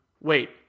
Wait